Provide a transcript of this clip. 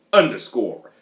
underscore